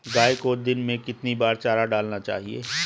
गाय को दिन में कितनी बार चारा डालना चाहिए?